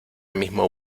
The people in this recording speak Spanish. mismo